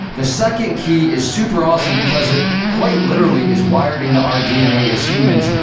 the second key is super awesome because it quite literally is wired into our dna as humans,